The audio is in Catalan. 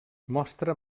mostra